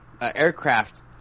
aircraft